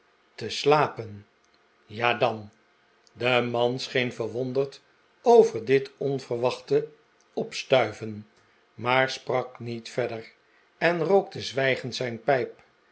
te slapen ja dan de man scheen verwondrd over dit onverwachte opstuiven maar sprak niet verder en rookte zwijgend zijn pijp